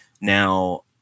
Now